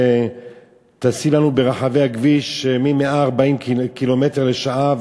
שטסים לנו ברחבי הכביש מ-140 קילומטר לשעה ומעלה,